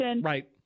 right